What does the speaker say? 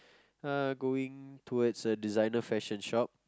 uh going towards a designer fashion shop